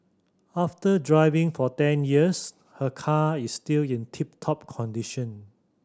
after driving for ten years her car is still in tip top condition